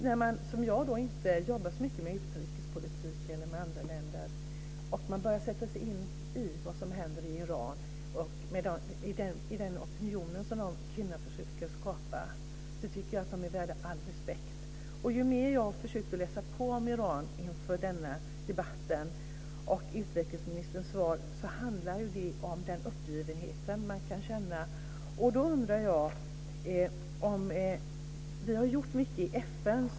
När jag som inte arbetat så mycket med utrikespolitik och med andra länder börjar sätta mig in i vad som händer i Iran och ser hur de här kvinnorna försöker skapa opinion tycker jag att de är värda all respekt. Ju mer jag har försökt läsa på om Iran inför denna debatt och studerat utrikesministerns svar desto mer har jag känt en uppgivenhet. Utrikesministern säger att det har gjorts mycket i FN.